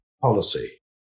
policy